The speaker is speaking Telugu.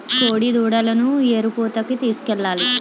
కోడిదూడలను ఎరుపూతకి తీసుకెళ్లాలి